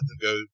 go